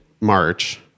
March